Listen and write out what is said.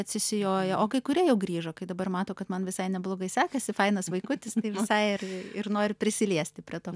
atsisijojo o kai kurie jau grįžo kai dabar mato kad man visai neblogai sekasi fainas vaikutis tai visai ir ir nori prisiliesti prie to